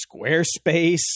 Squarespace